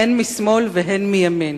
הן משמאל והן מימין.